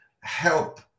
help